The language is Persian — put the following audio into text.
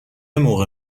موقع